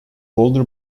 older